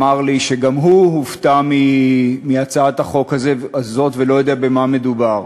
אמר לי שגם הוא הופתע מהצעת החוק הזאת ולא יודע במה מדובר.